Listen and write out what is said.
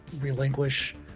relinquish